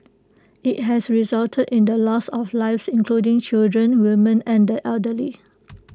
IT has resulted in the loss of lives including children women and the elderly